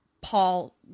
Paul